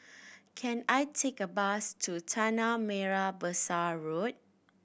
can I take a bus to Tanah Merah Besar Road